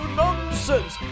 nonsense